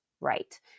right